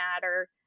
matter